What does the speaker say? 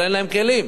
אבל אין להם כלים.